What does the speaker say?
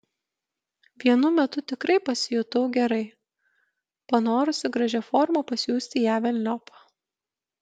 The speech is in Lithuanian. vienu metu tikrai pasijutau gerai panorusi gražia forma pasiųsti ją velniop